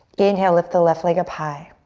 inhale, lift the left leg up high.